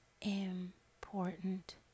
important